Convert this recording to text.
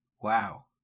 Wow